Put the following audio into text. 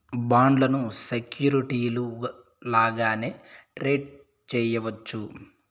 బాండ్లను సెక్యూరిటీలు లాగానే ట్రేడ్ చేయవచ్చు